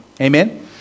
Amen